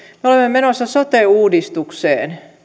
menossa sote uudistukseen